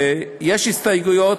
יש הסתייגויות,